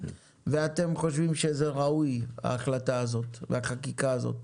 ואתם חושבים שזה ראוי ההחלטה הזאת והחקיקה הזאת?